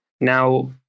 Now